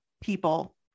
people